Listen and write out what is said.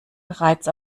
bereits